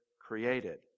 created